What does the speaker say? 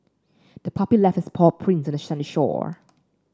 the puppy left its paw prints on the sandy shore